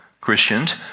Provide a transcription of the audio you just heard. Christians